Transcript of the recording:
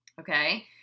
Okay